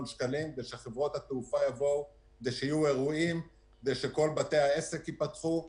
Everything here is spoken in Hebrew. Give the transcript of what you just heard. שקלים כדי שחברות התעופה יבואו ויהיו אירועים ושכל בתי העסק ייפתחו.